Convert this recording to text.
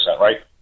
right